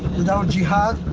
without jihad,